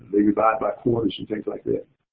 they would buy it by quarters and things like that.